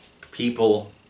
People